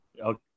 Okay